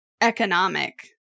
economic